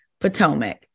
Potomac